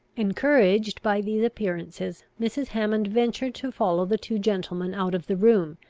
encouraged by these appearances, mrs. hammond ventured to follow the two gentlemen out of the room,